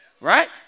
Right